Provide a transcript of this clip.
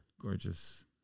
gorgeous